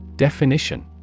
Definition